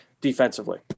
Defensively